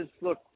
look